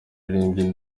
yaririmbye